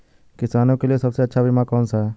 किसानों के लिए सबसे अच्छा बीमा कौन सा है?